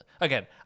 Again